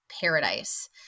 paradise